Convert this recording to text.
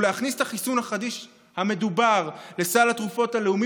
הוא להכניס את החיסון החדיש המדובר לסל התרופות הלאומי